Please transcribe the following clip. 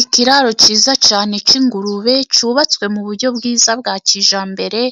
Ikiraro cyiza cyane cy'ingurube, cyubatswe mu buryo bwiza bwa kijyambere,